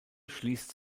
schließt